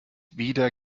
wieder